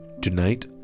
tonight